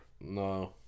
No